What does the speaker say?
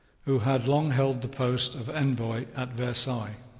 who had long held the post of envoy at versailles.